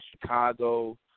Chicago